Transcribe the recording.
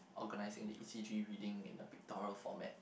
organizing the E_C_G reading in a pictorial format